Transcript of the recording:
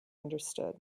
understood